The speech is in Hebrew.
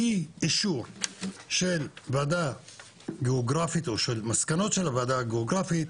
אי אישור של ועדה גיאוגרפית או של מסקנות של הוועדה הגיאוגרפית,